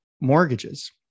mortgages